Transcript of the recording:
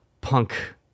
punk